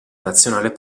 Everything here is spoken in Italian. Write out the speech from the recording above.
nazionale